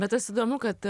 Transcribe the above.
bet tas įdomu kad